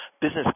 Business